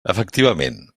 efectivament